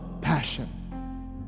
passion